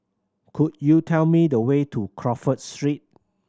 could you tell me the way to Crawford Street